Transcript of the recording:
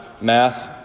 Mass